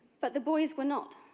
but the boys were not.